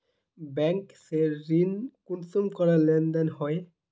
Bank से ऋण कुंसम करे लेन देन होए?